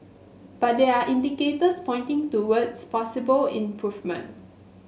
but there are indicators pointing towards possible improvement